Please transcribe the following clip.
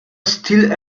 still